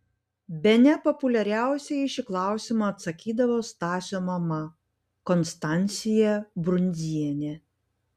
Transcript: bene populiariausiai į šį klausimą atsakydavo stasio mama konstancija brundzienė